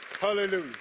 Hallelujah